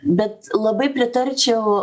bet labai pritarčiau